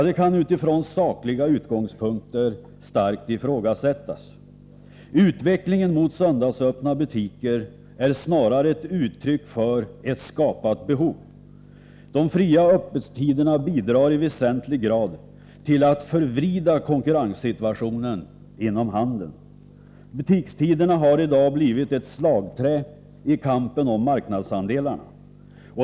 Det kan utifrån sakliga utgångspunkter starkt ifrågasättas. Utvecklingen mot söndagsöppna butiker är snarare ett uttryck för ett skapat behov. De fria öppettiderna bidrar i väsentlig grad till att förvrida konkurrenssituationen inom handeln. Butikstiderna har i dag blivit ett slagträ i kampen om marknadsandelarna.